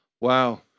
Wow